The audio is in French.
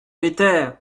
l’éther